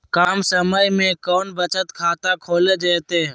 कम समय में कौन बचत खाता खोले जयते?